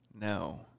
No